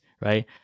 right